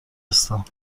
هستم